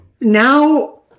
now